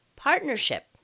partnership